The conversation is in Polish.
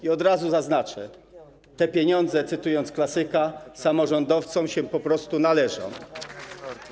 I od razu zaznaczę: te pieniądze, cytując klasyka, samorządowcom się po prostu należą.